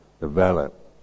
develop